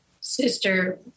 sister